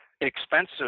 expensive